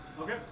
Okay